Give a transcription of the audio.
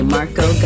Marco